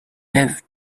have